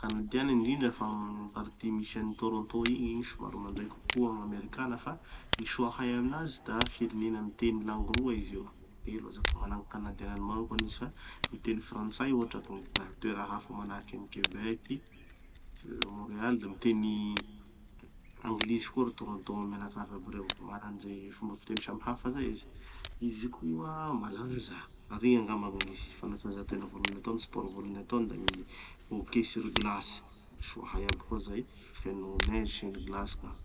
kanadiana fa indrindra fa amy partie misy an'i Toronto igny, igny somary minday kokoa amerikana fa gny soa hay aminazy da firenena miteny langues roa izy io, telo aza ko. Mana gny kanadianany manoka izy fa miteny frantsay hotraky gny toera hafa manahaky an'i Quebec, Montréal, da miteny anglisy koa ry Toronto mianakavy aby reo. Mana anizay fomba fiteny samy hafa zay izy. Izy koa malaza, ary igny angamba gny fanatanjahatena voalohany atao sport voalohany atao da gny hockey sur glace. Soa hay aby koa zay. Feno neige feno glace gn'agny.